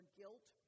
guilt